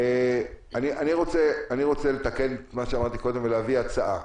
אני רוצה לתקן את מה שאמרתי קודם ולהביא הצעה.